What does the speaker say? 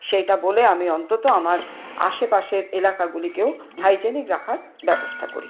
সেইটা বলে আমি অন্তত আমার আশেপাশের এলাকাগুলিকেও হাইজেনিক রাখার ব্যবস্থা